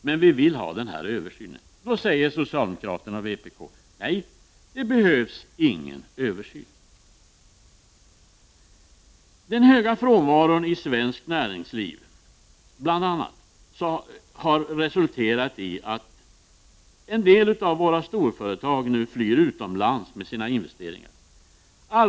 Men socialdemokraterna och vpk säger nej till en översyn och menar att en sådan inte behövs. Den höga frånvaron i svenskt näringsliv har bl.a. resulterat i att en del av våra storföretag nu flyttar utomlands med sina investeringar.